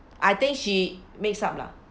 I think she mix up lah